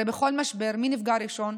הרי בכל משבר, מי נפגע ראשון?